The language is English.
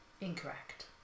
Incorrect